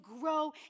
grow